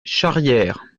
charrière